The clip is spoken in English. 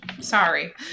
sorry